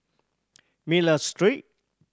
Miller Street